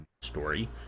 story